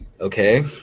okay